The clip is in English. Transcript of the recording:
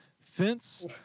Fence